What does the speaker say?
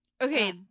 Okay